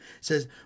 says